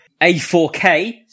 A4K